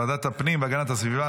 ועדת הפנים והגנת הסביבה,